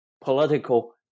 political